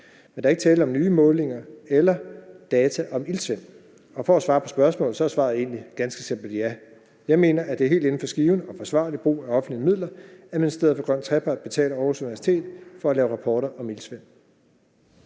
men der er ikke tale om nye målinger eller data om iltsvind. For at svare på spørgsmålet, så er svaret egentlig ganske simpelt ja. Jeg mener, at det er helt inden for skiven og forsvarlig brug af offentlige midler, at Ministeriet for Grøn Trepart betaler Aarhus Universitet for at lave rapporter om iltsvind.